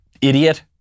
idiot